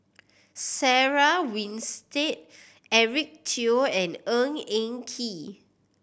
Sarah Winstedt Eric Teo and Ng Eng Kee